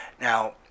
Now